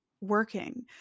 working